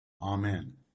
Amen